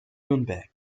nürnberg